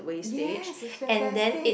yes it's fantastic